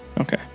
Okay